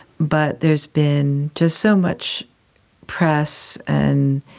but there has been just so much press and